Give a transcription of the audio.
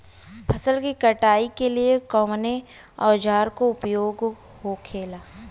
फसल की कटाई के लिए कवने औजार को उपयोग हो खेला?